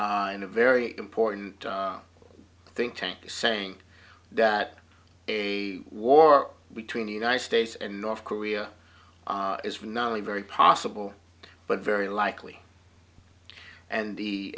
and a very important think tank is saying that a war between the united states and north korea is not only very possible but very likely and the